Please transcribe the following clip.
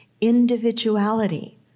individuality